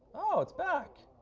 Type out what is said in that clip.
oh, it's back.